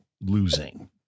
losing